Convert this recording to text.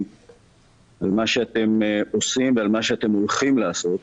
על מה שאתם עושים ועל מה שאתם הולכים לעשות.